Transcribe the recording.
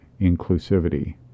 inclusivity